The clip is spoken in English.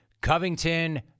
Covington